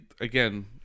again